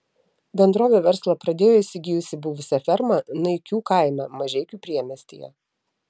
bendrovė verslą pradėjo įsigijusi buvusią fermą naikių kaime mažeikių priemiestyje